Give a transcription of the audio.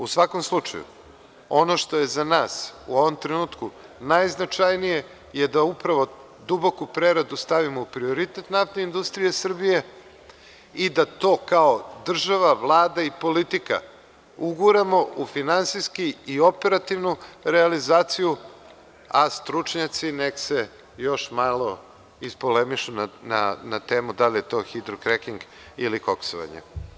U svakom slučaju, ono što je za nas, u ovom trenutku, najznačajnije je da upravo duboku preradu stavimo u prioritet Naftne industrije Srbije i da to kao država, Vlada i politika uguramo u finansijski i operativnu realizaciju, a stručnjaci nek se još malo ispolemišu na temu da li je to hidrokreking ili koksovanje.